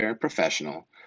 professional